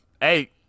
Hey